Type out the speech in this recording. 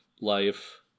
life